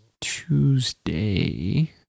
Tuesday